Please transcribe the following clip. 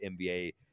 NBA